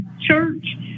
church